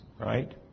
right